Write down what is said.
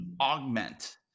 Augment